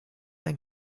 ein